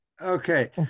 Okay